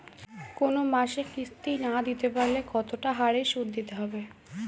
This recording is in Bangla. কোন মাসে কিস্তি না দিতে পারলে কতটা বাড়ে সুদ দিতে হবে?